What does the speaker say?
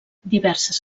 diverses